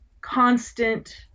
constant